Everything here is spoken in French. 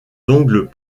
ongles